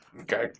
Okay